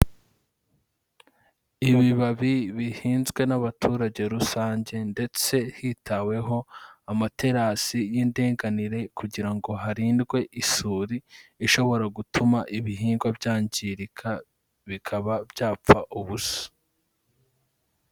Ibibabi bihinzwe n'abaturage rusange ndetse hitaweho amaterasi y'indinganire kugira ngo harindwe isuri ishobora gutuma ibihingwa byangirika, bikaba byapfa ubusa.